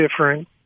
different